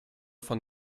von